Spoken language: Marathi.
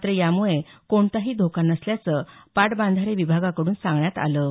मात्र यामुळे कोणताही धोका नसल्याचं पाटबंधारे विभागाकडून सांगण्यात आलं